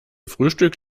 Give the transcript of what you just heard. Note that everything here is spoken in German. frühstück